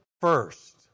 first